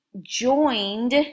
joined